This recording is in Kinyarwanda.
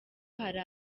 hari